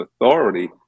authority